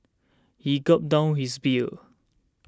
he gulped down his beer